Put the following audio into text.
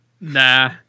Nah